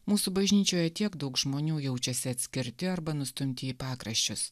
mūsų bažnyčioje tiek daug žmonių jaučiasi atskirti arba nustumti į pakraščius